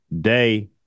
Day